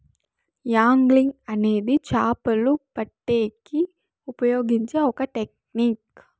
angling అనేది చాపలు పట్టేకి ఉపయోగించే ఒక టెక్నిక్